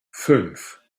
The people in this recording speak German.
fünf